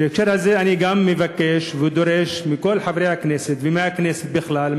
בהקשר הזה אני גם מבקש ודורש מכל חברי הכנסת ומהכנסת בכלל,